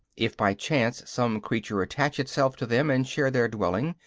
if by chance some creature attach itself to them and share their dwelling,